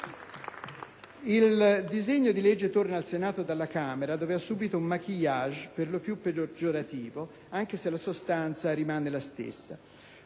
Il disegno di legge torna al Senato dalla Camera dove ha subito un *maquillage* per lo più peggiorativo, anche se la sostanza rimane la stessa.